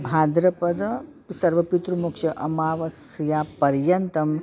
भाद्रपद सर्वपितृपक्ष अमावस्यापर्यन्तम्